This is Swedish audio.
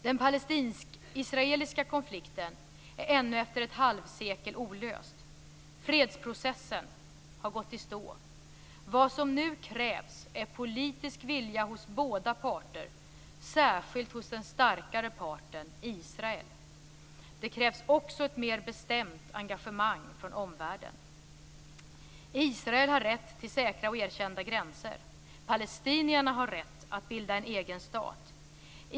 Den palestinsk-israeliska konflikten är ännu efter ett halvsekel olöst. Fredsprocessen har gått i stå. Vad som nu krävs är politisk vilja hos båda parter, särskilt hos den starkare parten, Israel. Det krävs också ett mer bestämt engagemang från omvärlden. Israel har rätt till säkra och erkända gränser. Palestinierna har rätt att bilda en egen stat.